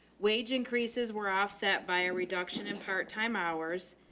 wage increases were offset by a reduction in part time hours.